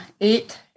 Eight